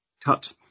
cut